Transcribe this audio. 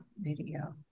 video